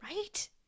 Right